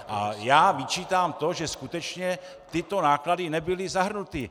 A já vyčítám to, že skutečně tyto náklady nebyly zahrnuty.